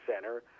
center